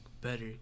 better